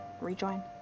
rejoin